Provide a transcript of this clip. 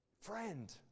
friend